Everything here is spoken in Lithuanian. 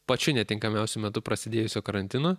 pačiu netinkamiausiu metu prasidėjusio karantino